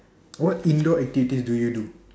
what indoor activities do you do